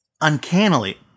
uncannily